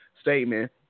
statement